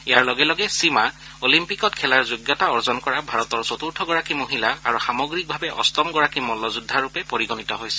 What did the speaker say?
ইয়াৰ লগে লগে সীমা অলিম্পিকত খেলাৰ যোগ্যতা অৰ্জন কৰা ভাৰতৰ চতুৰ্থগৰাকী মহিলা আৰু সামগ্ৰীকভাৱে অট্টমগৰাকী মল্লযোদ্ধাৰূপে পৰিগণিত হৈছে